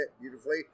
beautifully